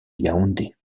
yaoundé